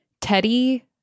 Teddy